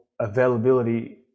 availability